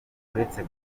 uretse